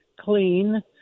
Clean